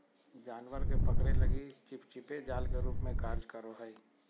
जानवर के पकड़े लगी चिपचिपे जाल के रूप में कार्य करो हइ